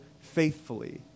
faithfully